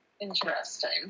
Interesting